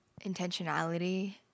intentionality